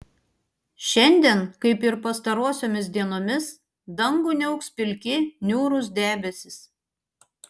šiandien kaip ir pastarosiomis dienomis dangų niauks pilki niūrūs debesys